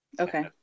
okay